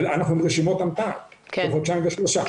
אנחנו עם רשימות המתנה של חודשיים ושלושה.